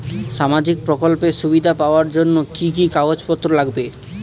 সামাজিক প্রকল্পের সুবিধা পাওয়ার জন্য কি কি কাগজ পত্র লাগবে?